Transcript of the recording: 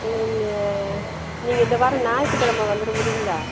இல் நீங்கள் இந்தவாரம் ஞாயிற்றுக் கெழம வந்துட முடியுங்களா